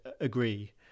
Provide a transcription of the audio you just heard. agree